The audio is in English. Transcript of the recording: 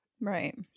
Right